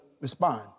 respond